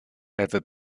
ever